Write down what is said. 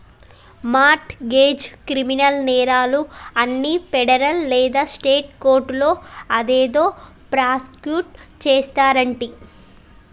mart గెజ్, criminal నేరాలు అన్ని federal లేదా స్టేట్ కోర్టులో అదేదో ప్రాసుకుట్ చేస్తారంటి